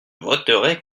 voterai